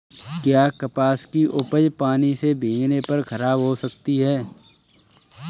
क्या कपास की उपज पानी से भीगने पर खराब हो सकती है?